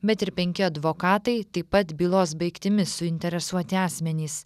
bet ir penki advokatai taip pat bylos baigtimi suinteresuoti asmenys